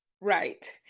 Right